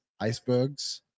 icebergs